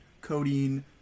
codeine